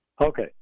Okay